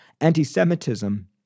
anti-Semitism